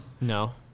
No